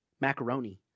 macaroni